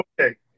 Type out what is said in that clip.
Okay